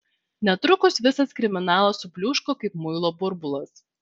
netrukus visas kriminalas subliūško kaip muilo burbulas